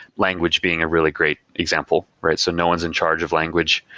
language being a really great example, right? so no one is in charge of language,